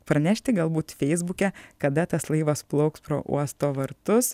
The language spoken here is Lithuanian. pranešti galbūt feisbuke kada tas laivas plauks pro uosto vartus